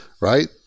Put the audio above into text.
right